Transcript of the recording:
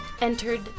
entered